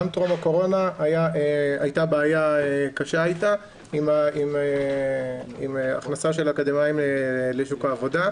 גם טרום הקורונה הייתה בעיה קשה עם הכנסה של אקדמאים לשוק העבודה,